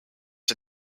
see